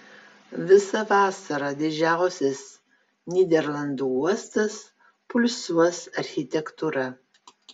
visą vasarą didžiausias nyderlandų uostas pulsuos architektūra